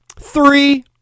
Three